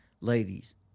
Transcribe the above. ladies